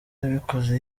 yabikoze